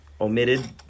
omitted